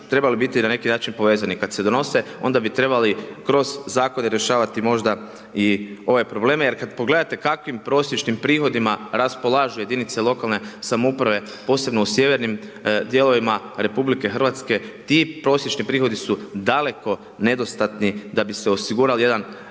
trebali biti na neki način povezani. Kad se donose, onda bi trebali kroz zakone rješavati možda i ove probleme jer kad pogledate kakvim prosječnim prihodima raspolaže jedinica lokalne samouprave, posebno u sjevernim dijelovima RH. Ti prosječni prihodi su daleko nedostatni da bi si osigurali jedan